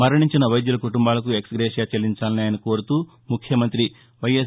మరణించిన వైద్యుల కుటుంబాలకు ఎక్స్గ్రేషియా చెల్లించాలని ఆయన కోరుతూ ముఖ్యమంఁతి వైఎస్